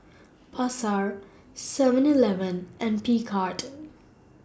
Pasar Seven Eleven and Picard